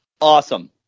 awesome